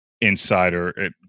insider